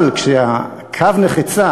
אבל כשהקו נחצה,